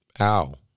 Ow